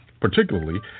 particularly